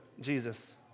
Jesus